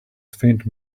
faint